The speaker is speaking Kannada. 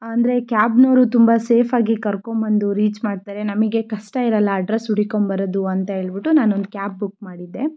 ಅಂದರೆ ಕ್ಯಾಬ್ನವರು ತುಂಬ ಸೇಫಾಗಿ ಕರ್ಕೊಂಡ್ಬಂದು ರೀಚ್ ಮಾಡ್ತಾರೆ ನಮಗೆ ಕಷ್ಟ ಇರೋಲ್ಲ ಅಡ್ರಸ್ ಹುಡುಕಂಬರದು ಅಂತ ಹೇಳ್ಬಿಟ್ಟು ನಾನು ಒಂದು ಕ್ಯಾಬ್ ಬುಕ್ ಮಾಡಿದ್ದೆ